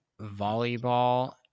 volleyball